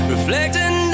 Reflecting